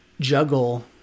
juggle